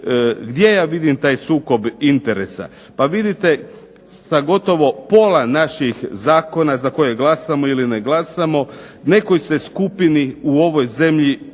Gdje ja vidim taj sukob interesa? Pa vidite, sa gotovo pola naših zakona za koje glasamo ili ne glasamo nekoj se skupini u ovoj zemlji